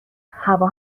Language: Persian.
هوا